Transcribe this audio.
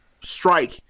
strike